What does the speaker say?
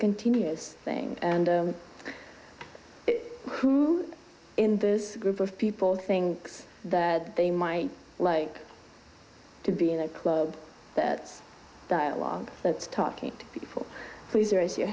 continuous thing and who in this group of people think that they might like to be in that club that dialogue that's talking to people pleaser as you